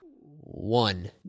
One